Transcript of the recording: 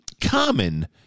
common